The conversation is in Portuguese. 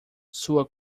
sua